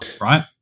right